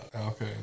Okay